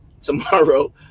tomorrow